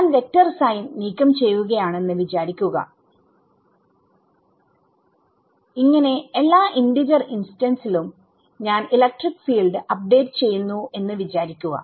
ഞാൻ vector sign നീക്കം ചെയ്യുകയാണെന്ന് വിചാരിക്കുക എല്ലാ ഇന്റിജർ ഇൻസ്റ്റൻസിലുംഞാൻ ഇലക്ട്രിക് ഫീൽഡ് അപ്ഡേറ്റ് ചെയ്യുന്നു എന്ന് വിചാരിക്കുക